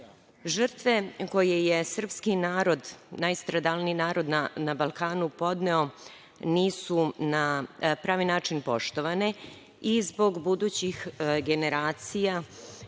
koje je srpski narod, najstradalniji narod na Balkanu podneo nisu na pravi način poštovane i zbog budućih generacija